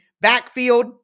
backfield